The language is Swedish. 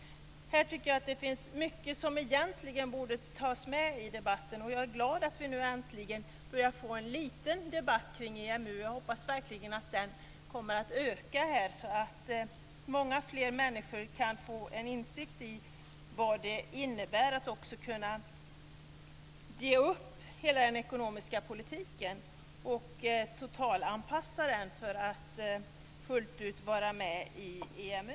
Här tycker jag att det finns mycket som egentligen borde tas med i debatten, och jag är glad över att vi nu äntligen börjar få en liten debatt kring EMU. Jag hoppas verkligen att den kommer att öka, så att många fler människor kan få insikt om vad det innebär att också ge upp hela den ekonomiska politiken och totalanpassa den för att fullt ut vara med i EMU.